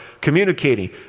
communicating